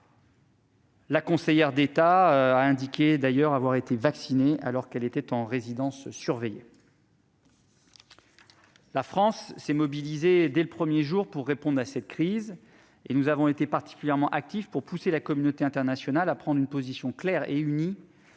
La conseillère d'État a d'ailleurs indiqué avoir été vaccinée, alors qu'elle était en résidence surveillée. La France s'est mobilisée dès le premier jour pour répondre à cette crise. Nous avons été particulièrement actifs pour pousser la communauté internationale à prendre une position claire et unie